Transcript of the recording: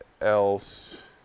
else